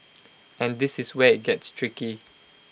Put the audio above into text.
and this is where IT gets tricky